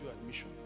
admission